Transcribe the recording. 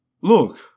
Look